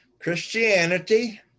Christianity